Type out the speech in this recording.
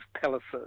palaces